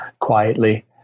quietly